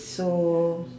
so